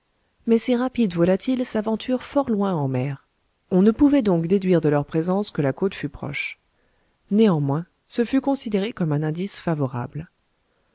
mais ces rapides volatiles s'aventurent fort loin en mer on ne pouvait donc déduire de leur présence que la côte fût proche néanmoins ce fut considéré comme un indice favorable